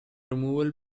removal